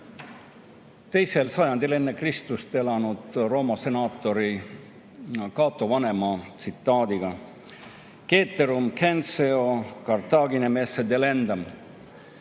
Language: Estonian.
2. sajandil enne Kristust elanud Rooma senaatori Cato Vanema tsitaadiga: "Ceterum censeo Carthaginem esse delendam."